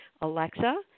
Alexa